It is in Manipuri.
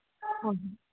ꯍꯣꯏ